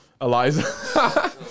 Eliza